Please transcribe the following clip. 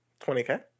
20K